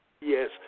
Yes